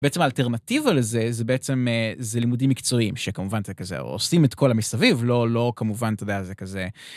בעצם האלטרנטיבה לזה, זה בעצם, זה לימודים מקצועיים, שכמובן זה כזה, עושים את כל המסביב, לא כמובן, אתה יודע, זה כזה...